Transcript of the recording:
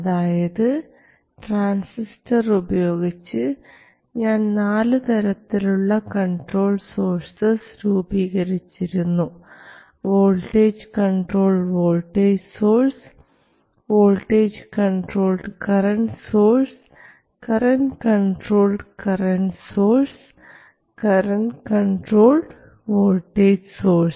അതായത് ട്രാൻസിസ്റ്റർ ഉപയോഗിച്ച് ഞാൻ നാലു തരത്തിലുള്ള കൺട്രോൾ സോഴ്സസ് രൂപീകരിച്ചിരുന്നു voltage controlled voltage source voltage controlled current source current controlled current source current controlled voltage source